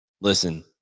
listen